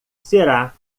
será